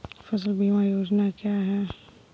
फसल बीमा योजना क्या है?